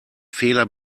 fehler